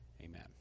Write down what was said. Amen